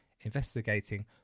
investigating